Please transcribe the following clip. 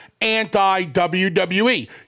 anti-WWE